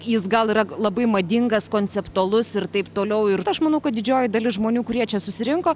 jis gal yra labai madingas konceptualus ir taip toliau ir aš manau kad didžioji dalis žmonių kurie čia susirinko